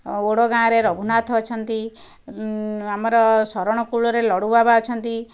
odd ଗାଁରେ ରଘୁନାଥ ଅଛନ୍ତି ଆମର ଶରଣ କୂଳରେ ଲଡ଼ୁବାବା ଅଛନ୍ତି